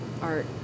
art